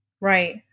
Right